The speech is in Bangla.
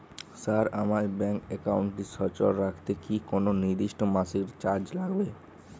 স্যার আমার ব্যাঙ্ক একাউন্টটি সচল রাখতে কি কোনো নির্দিষ্ট মাসিক চার্জ লাগবে?